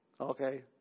Okay